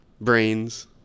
brains